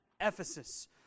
Ephesus